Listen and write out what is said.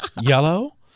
yellow